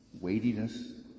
weightiness